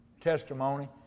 testimony